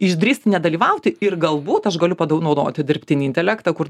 išdrįst nedalyvauti ir galbūt aš galiu pa dau naudoti dirbtinį intelektą kur